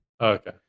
Okay